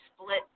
split